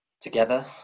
together